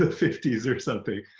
ah fifty s or something.